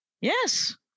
yes